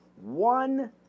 one